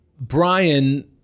Brian